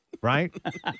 Right